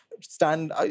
stand